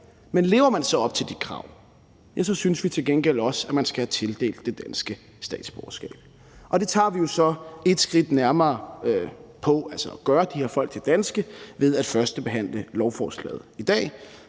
Men lever man så op til de krav, ja, så synes vi til gengæld også, at man skal have tildelt det danske statsborgerskab. At gøre de her folk til danske tager vi jo så et skridt nærmere ved at førstebehandle lovforslaget i dag,